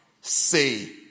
say